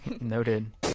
Noted